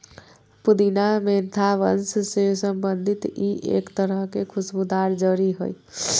पुदीना मेंथा वंश से संबंधित ई एक तरह के खुशबूदार जड़ी हइ